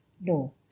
No